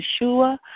Yeshua